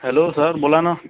hello sir बोला ना